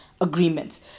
agreements